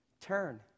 turn